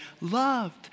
loved